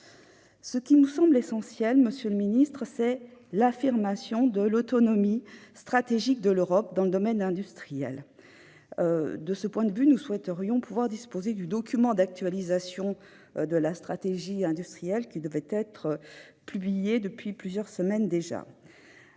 Ce qui nous semble essentiel, monsieur le secrétaire d'État, c'est l'affirmation de l'autonomie stratégique de l'Europe dans le domaine industriel. De ce point de vue, nous souhaitons pouvoir disposer du document d'actualisation de la stratégie industrielle pour l'Europe, qui devait être publié depuis plusieurs semaines déjà.